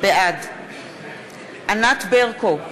בעד ענת ברקו,